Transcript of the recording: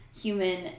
human